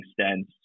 stents